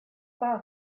pas